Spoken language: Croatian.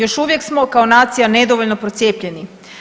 Još uvijek smo kao nacija nedovoljno procijepljeni.